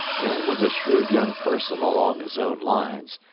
dan was a shrewd young person along his own lines,